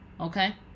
Okay